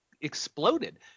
exploded